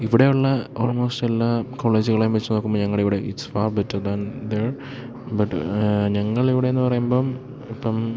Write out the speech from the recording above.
ഇവിടെയുള്ള ഓൾമോസ്റ്റ് എല്ലാ കോളേജ്കളെയും വെച്ച് നോക്കുമ്പോൾ ഞങ്ങളുടെ ഇവിടെ it's far better than there but ഞങ്ങളുടെ ഇവിടെ എന്ന് പറയുമ്പം ഇപ്പം